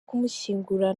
kumushyingura